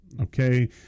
okay